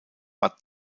war